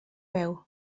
beu